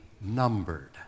numbered